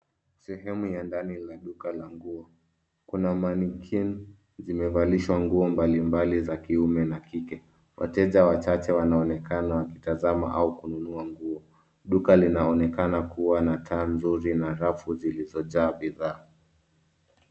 Sehemu ya ndani la duka la nguo. Kuna mannequin zimevalishwa nguo mbalimbali za kiume na kike. Wateja wachache wanaonekana wakitazama au kununua nguo. Duka linaonekana kuwa na taa nzuri na rafu zilizojaa bidhaa.